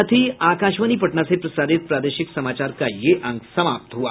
इसके साथ ही आकाशवाणी पटना से प्रसारित प्रादेशिक समाचार का ये अंक समाप्त हुआ